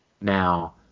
Now